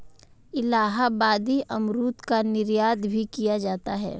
इलाहाबादी अमरूद का निर्यात भी किया जाता है